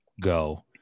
go